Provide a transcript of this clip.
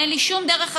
אין לי שום דרך אחרת.